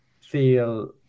feel